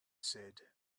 said